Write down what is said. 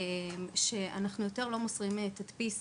שיותר לא מוסרים תדפיס